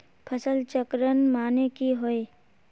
फसल चक्रण माने की होय?